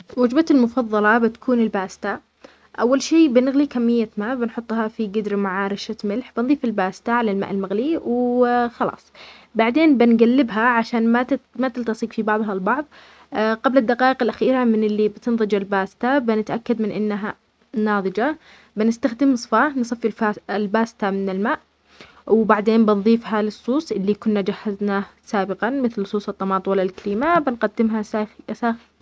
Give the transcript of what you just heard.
وجبتي المفضله بتكون الباستا اول شي بنغلي كمية ماء بنحطها في قدر مع رشة ملح بنضيف الباستا على الماء المغلي وخلاص بعدين بنقلبها عشان ما تلت- تلتصق في بعضها البعض قبل الدقايق الاخيرة من اللي بتنضج الباستا بنتأكد من انها ناضجة بنستخدم مصفاة نصفي الف- الباستا من الماء وبعدين بنضيفها للصوص اللي كنا جهزناه سابقا مثل الصوص الضماطو ولا الكريمة بنقدمها ساخ- ساخنه